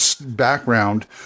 background